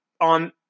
on